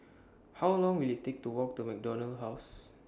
How Long Will IT Take to Walk to MacDonald House